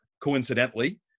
coincidentally